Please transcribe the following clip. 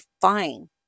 fine